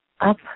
up